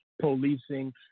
policing